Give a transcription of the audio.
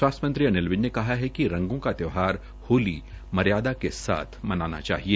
स्वास्थ्य मंत्री अनिल विज ने कहा कि रंगों का त्यौहार होली मर्यादा के साथ मनाना चाहिए